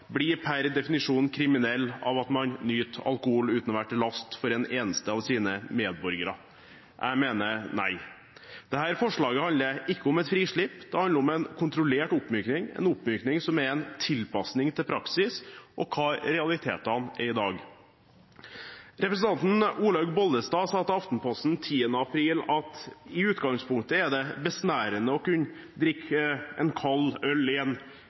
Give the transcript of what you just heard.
bli kriminelle av at de nyter alkohol uten å være til last for en eneste av sine medborgere? Jeg mener nei. Dette forslaget handler ikke om et frislipp. Det handler om en kontrollert oppmykning, en oppmykning som er en tilpasning til praksis og hva realitetene er i dag. Representanten Olaug V. Bollestad sa til Aftenposten 10. april at «i utgangspunktet er det besnærende å kunne drikke en kald øl